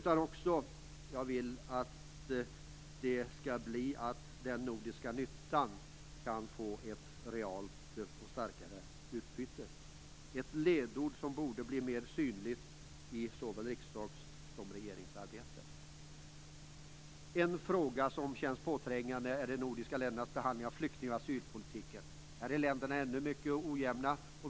Jag skulle önska att det kunde bli ett realt och starkare utbyte när det gäller "den nordiska nyttan", ledord som borde bli mera synliga i såväl riksdagsarbete som regeringsarbete. En fråga som känns påträngande är frågan om de nordiska ländernas behandling av flykting och asylpolitiken. Här är länderna fortfarande mycket ojämna.